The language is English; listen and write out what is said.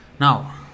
Now